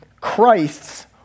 Christ's